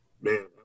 man